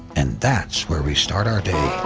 and that's where we start our day.